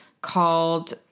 called